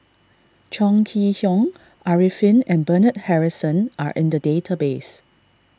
Chong Kee Hiong Arifin and Bernard Harrison are in the database